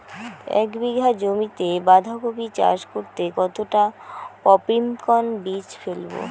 এক বিঘা জমিতে বাধাকপি চাষ করতে কতটা পপ্রীমকন বীজ ফেলবো?